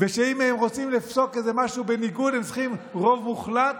ושאם הם רוצים לפסוק משהו בניגוד הם צריכים רוב מוחלט,